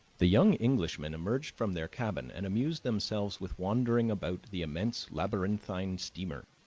the young englishmen emerged from their cabin and amused themselves with wandering about the immense labyrinthine steamer,